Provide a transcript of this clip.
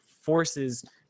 forces